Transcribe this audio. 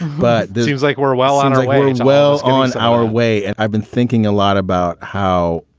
but it seems like we're well on our way as well, on our way. and i've been thinking a lot about how.